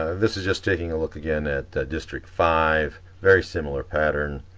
ah this is just taking a look again at the district five very similar pattern,